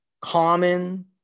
common